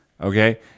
okay